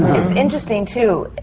it's interesting, too,